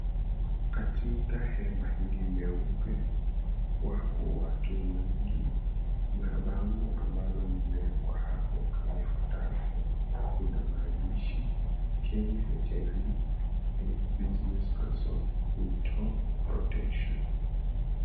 Katika hema hili leupe wapo watu wengi na bango ambalo limewekwa hapo kama ifuatavyo lina maandishi, Kenya HIV/AIDS Health Business Council, We Talk Protection.